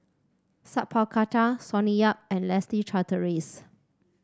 Sat Pal Khattar Sonny Yap and Leslie Charteris